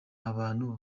abantu